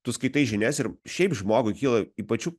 tu skaitai žinias ir šiaip žmogui kyla į pačių